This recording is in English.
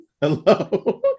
hello